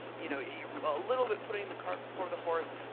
you know you know a little bit putting the cart before the horse,